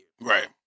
Right